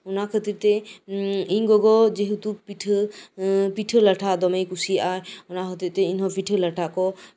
ᱚᱱᱟ ᱠᱷᱟᱹᱛᱤᱨ ᱛᱮ ᱮᱸᱫ ᱤᱧ ᱜᱚᱜᱚ ᱡᱮᱦᱮᱛᱩ ᱯᱤᱴᱷᱟᱹ ᱯᱤᱴᱷᱟᱹ ᱞᱟᱴᱷᱟ ᱫᱚᱢᱮᱭ ᱠᱩᱥᱤᱣᱟᱜᱼᱟ ᱚᱱᱟ ᱦᱚᱛᱮᱡ ᱤᱧ ᱦᱚᱸ ᱯᱤᱴᱷᱟᱹ ᱞᱟᱴᱷᱟ ᱠᱚ